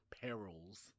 perils